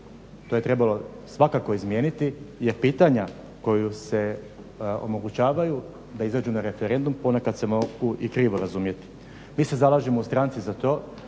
to je trebalo svakako izmijeniti je pitanja koja se omogućavaju da izađu na referendum ponekad se mogu i krivo razumjeti. Mi se zalažemo u stranci za to